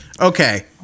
Okay